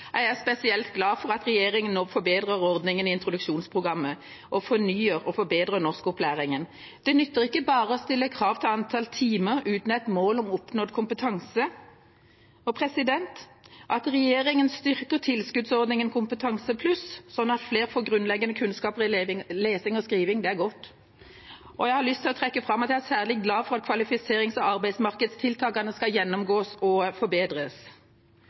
er jeg spesielt glad for at regjeringa nå forbedrer ordningen i introduksjonsprogrammet og fornyer og forbedrer norskopplæringen. Det nytter ikke bare å stille krav til antall timer, uten et mål om oppnådd kompetanse. At regjeringa styrker tilskuddsordningen Kompetansepluss, sånn at flere får grunnleggende kunnskaper i lesing og skriving, er godt, og jeg har lyst til å trekke fram at jeg er særlig glad for at kvalifiserings- og arbeidsmarkedstiltakene skal gjennomgås og forbedres.